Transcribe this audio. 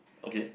okay